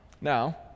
Now